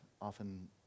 often